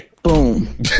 boom